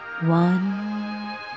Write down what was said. One